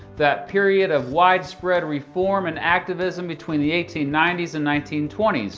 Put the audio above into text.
that period of widespread reform and activism between the eighteen ninety s and nineteen twenty s.